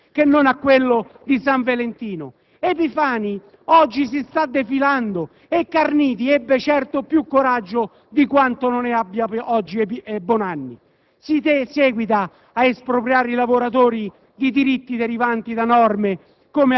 inasprimenti. Questo accordo è più vicino a quello del 1975 che non a quello di San Valentino. Epifani oggi si sta defilando e Carniti ebbe certo più coraggio di quanto non ne abbia oggi Bonanni.